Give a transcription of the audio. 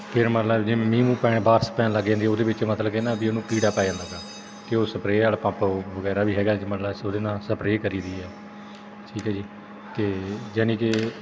ਫਿਰ ਮਤਲਬ ਜੇ ਮੀਂਹ ਮੂਹ ਪੈ ਬਾਰਿਸ਼ ਪੈਣ ਲੱਗ ਜਾਂਦੀ ਉਹਦੇ ਵਿੱਚ ਮਤਲਬ ਕਿ ਨਾ ਵੀ ਉਹਨੂੰ ਕੀੜਾ ਪੈ ਜਾਂਦਾ ਹੈਗਾ ਅਤੇ ਉਹ ਸਪਰੇ ਵਾਲਾ ਪੰਪ ਵਗੈਰਾ ਵੀ ਹੈਗਾ ਮਤਲਬ ਅਸੀਂ ਉਹਦੇ ਨਾਲ ਸਪਰੇ ਕਰੀ ਦੀ ਆ ਠੀਕ ਹੈ ਜੀ ਅਤੇ ਜਾਨੀ ਕਿ